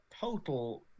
total